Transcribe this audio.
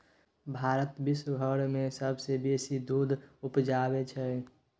भारत विश्वभरि मे सबसँ बेसी दूध उपजाबै छै